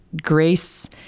Grace